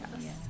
yes